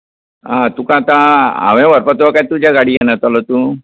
आं तुका आतां हांवें व्हरपाचो काय तुजे गाड्येन येतलो तूं